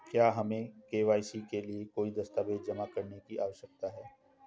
क्या हमें के.वाई.सी के लिए कोई दस्तावेज़ जमा करने की आवश्यकता है?